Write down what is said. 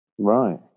Right